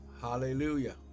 Hallelujah